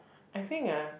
I think ah